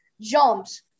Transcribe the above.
jumps